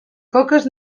coques